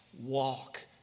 walk